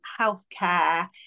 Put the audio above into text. healthcare